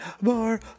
more